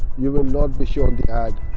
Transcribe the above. you will not be shown the ad.